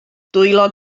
dwylo